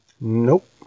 Nope